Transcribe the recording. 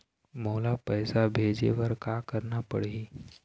मोला पैसा भेजे बर का करना पड़ही?